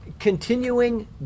continuing